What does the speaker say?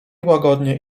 łagodnie